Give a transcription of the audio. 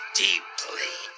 deeply